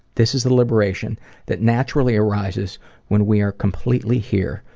this is the liberation that naturally arises when we are completely here,